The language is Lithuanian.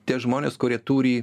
tie žmonės kurie turi